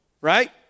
right